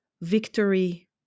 victory